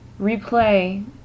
replay